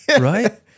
right